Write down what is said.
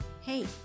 hey